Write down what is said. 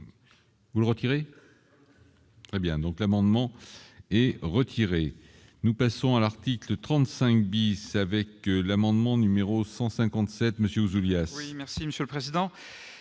donc retirer très bien donc l'amendement est retiré, nous passons à l'article 35 bis avec l'amendement numéro 157 monsieur Julia.